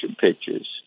pictures